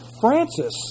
Francis